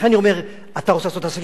לכן אני אומר: אתה רוצה לעשות עסקים?